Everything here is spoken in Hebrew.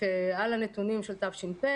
לגבי הנתונים של תש"ף,